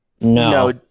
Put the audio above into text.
No